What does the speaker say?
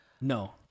No